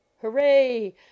Hooray